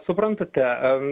suprantate ar